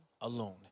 alone